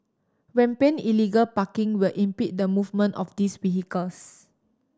rampant illegal parking will impede the movement of these vehicles